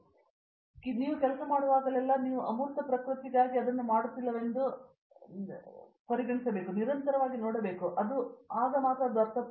ಆದುದರಿಂದ ನೀವು ಕೆಲಸ ಮಾಡುವಾಗಲೆಲ್ಲಾ ನೀವು ಅಮೂರ್ತ ಪ್ರಕೃತಿಗಾಗಿ ಅದನ್ನು ಮಾಡುತ್ತಿಲ್ಲವೆಂದು ನೀವು ನಿರಂತರವಾಗಿ ನೋಡಬೇಕು ಆದರೆ ಅದು ಅರ್ಥಪೂರ್ಣ